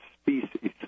species